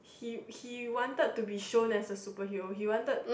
he he wanted to be shown as a superhero he wanted